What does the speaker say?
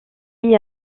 est